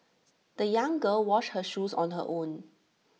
the young girl washed her shoes on her own